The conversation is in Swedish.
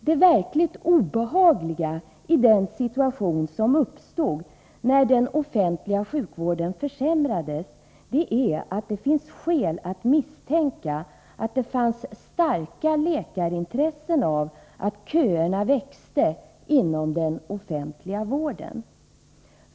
Det verkligt obehagliga i den situation som uppstod när den offentliga sjukvården försämrades är att det finns skäl att misstänka att det fanns starka intressen från läkare av att köerna växte inom den offentliga vården.